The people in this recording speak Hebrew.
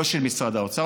לא של משרד האוצר,